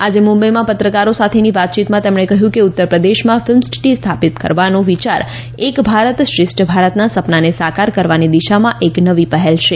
આજે મુબઇમાં પત્રકારો સાથેની વાતચીતમાં તેમણે કહ્યું કે ઉત્તરપ્રદેશમાં ફિલ્મ સીટી સ્થાપિત કરવાનો વિચાર એક ભારત શ્રેષ્ઠ ભારતના સપનાને સાકાર કરવાની દિશામાં એક નવી પહેલ છે